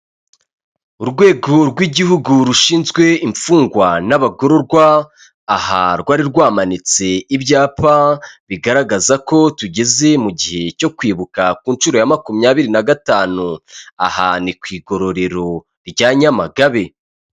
Urwego rw'igihugu rushinzwe imfungwa n'abagororwa aha rwari rwamanitse ibyapa bigaragaza ko tugeze mu gihe cyo kwibuka ku nshuro ya makumyabiri na gatanu, ahantu ni ku iigororero rya Nyamagabe.